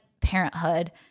Parenthood